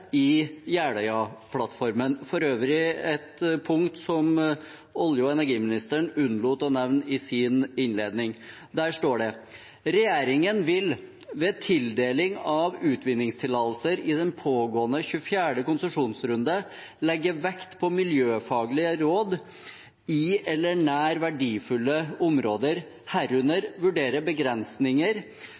i Jeløya-plattformen – for øvrig et punkt som olje- og energiministeren unnlot å nevne i sin innledning: Regjeringen vil «ved tildeling av utvinningstillatelser i den pågående 24. konsesjonsrunden, legge vekt på miljøfaglige råd i eller nær særlig verdifulle områder , herunder vurdere begrensninger